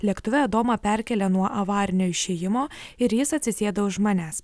lėktuve adomą perkelia nuo avarinio išėjimo ir jis atsisėda už manęs